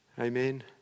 Amen